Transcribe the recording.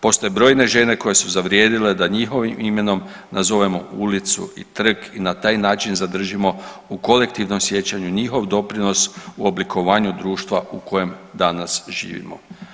Postoje brojne žene koje su zavrijedile da njihovim imenom nazovemo ulici i trg i na taj način zadržimo u kolektivnom sjećanju njihov doprinos u oblikovanju društva u kojem danas živimo.